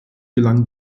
gelang